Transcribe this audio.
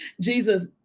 Jesus